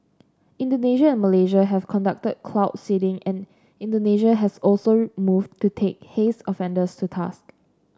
Indonesia and Malaysia have conducted cloud seeding and Indonesia has also moved to take haze offenders to task